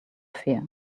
fear